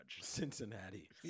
cincinnati